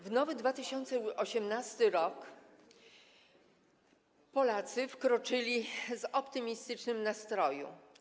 W nowy, 2018 r. Polacy wkroczyli w optymistycznym nastroju.